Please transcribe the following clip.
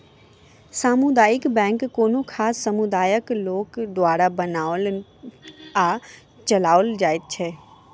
सामुदायिक बैंक कोनो खास समुदायक लोक द्वारा बनाओल आ चलाओल जाइत अछि